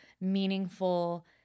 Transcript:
meaningful